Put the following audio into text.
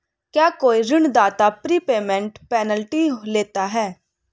क्या कोई ऋणदाता प्रीपेमेंट पेनल्टी लेता है?